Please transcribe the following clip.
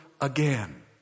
again